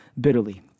bitterly